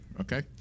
okay